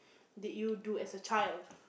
did you do as a child